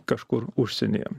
kažkur užsienyje